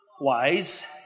wise